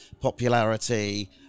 popularity